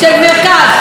של מרכז,